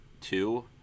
two